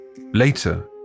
Later